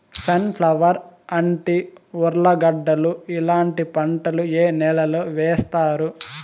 Sun flower, అంటి, ఉర్లగడ్డలు ఇలాంటి పంటలు ఏ నెలలో వేస్తారు?